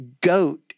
goat